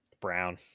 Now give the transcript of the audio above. Brown